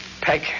Peg